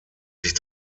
sich